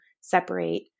separate